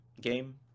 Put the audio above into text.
game